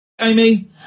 amy